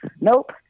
Nope